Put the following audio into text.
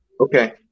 Okay